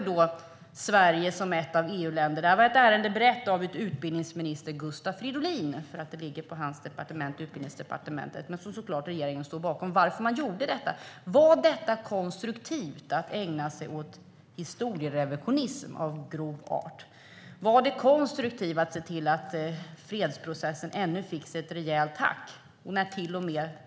Detta ärende bereddes av utbildningsminister Gustav Fridolin för att det låg på Utbildningsdepartementet, men regeringen stod såklart bakom beslutet. Var det konstruktivt att ägna sig åt historierevisionism av grov art? Var det konstruktivt att se till att fredsprocessen fick sig ännu ett rejält hack?